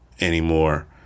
anymore